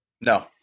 No